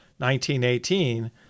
1918